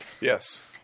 Yes